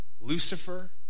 Lucifer